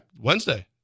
Wednesday